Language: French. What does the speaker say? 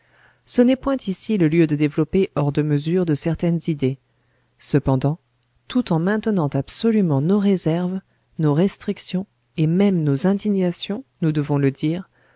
ce n'est point ici le lieu de développer hors de mesure de certaines idées cependant tout en maintenant absolument nos réserves nos restrictions et même nos indignations nous devons le dire